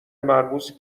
مرموز